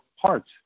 parts